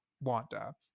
Wanda